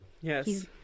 Yes